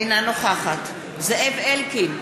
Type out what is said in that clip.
אינה נוכחת זאב אלקין,